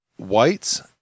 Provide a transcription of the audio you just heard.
whites